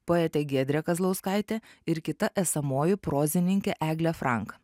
poetė giedrė kazlauskaitė ir kita esamoji prozininkė eglė frank